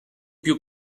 più